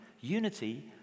Unity